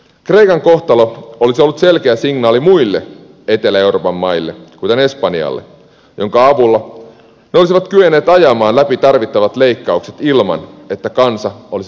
kreikan kohtalo olisi ollut selkeä signaali muille etelä euroopan maille kuten espanjalle jonka avulla ne olisivat kyenneet ajamaan läpi tarvittavat leikkaukset ilman että kansa olisi noussut barrikadeille